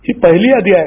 ही पहिली यादी आहे